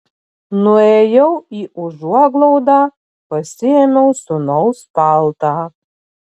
nuėjau į užuoglaudą pasiėmiau sūnaus paltą